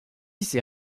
ces